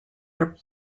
are